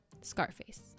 Scarface